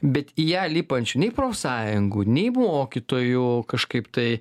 bet į ją lipančių nei profsąjungų nei mokytojų kažkaip tai